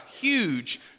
huge